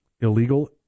illegal